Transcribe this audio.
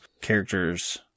characters